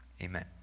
Amen